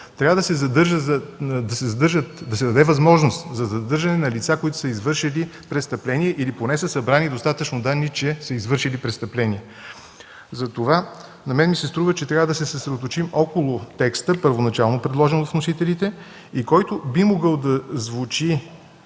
Трябва да се даде възможност за задържане на лица, които са извършили престъпление или поне са събрани достатъчно данни, че са извършили престъпление. Затова на мен ми се струва, че трябва да се съсредоточим около текста, първоначално предложен от вносителите, който би могъл да звучи